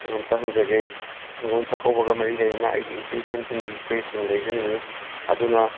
ꯀꯩꯅꯣꯝꯇ ꯍꯪꯖꯒꯦ ꯅꯤꯡꯉꯣꯜ ꯆꯥꯛꯀꯧꯕꯒ ꯃꯔꯤ ꯂꯩꯅꯅ ꯑꯩꯒꯤ ꯏꯆꯦ ꯏꯆꯟꯁꯤꯡꯒꯤ ꯗ꯭ꯔꯦꯁꯁꯤꯡ ꯂꯩꯖꯅꯤꯡꯏ ꯑꯗꯨꯅ